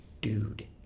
dude